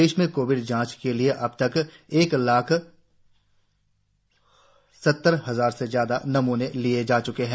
प्रदेश में कोविड जांच के लिए अबतक एक लाख सत्तर हजार से ज्यादा नमूने लिये जा च्के है